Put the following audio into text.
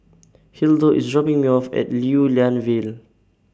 Hildur IS dropping Me off At Lew Lian Vale